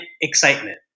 excitement